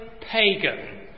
pagan